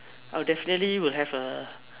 I would definitely would have a